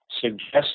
suggest